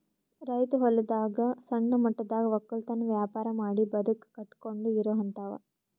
ರೈತ್ ಹೊಲದಾಗ್ ಸಣ್ಣ ಮಟ್ಟದಾಗ್ ವಕ್ಕಲತನ್ ವ್ಯಾಪಾರ್ ಮಾಡಿ ಬದುಕ್ ಕಟ್ಟಕೊಂಡು ಇರೋಹಂತಾವ